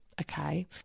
Okay